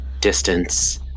distance